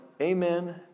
amen